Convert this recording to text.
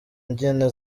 mbyino